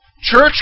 Church